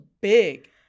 big